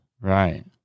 Right